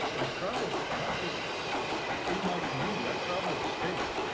i travel not just in my community, i travel the state,